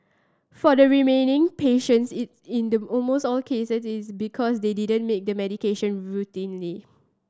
for the remaining patients in the almost all cases is because they didn't make the medication routinely